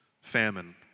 famine